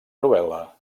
novel·la